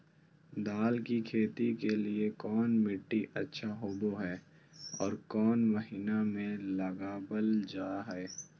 दाल की खेती के लिए कौन मिट्टी अच्छा होबो हाय और कौन महीना में लगाबल जा हाय?